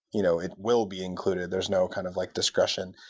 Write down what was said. you know it will be included. there's no kind of like discretion.